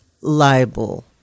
libel